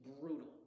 brutal